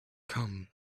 come